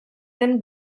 zen